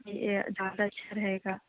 یہ زیادہ اچھا رہے گا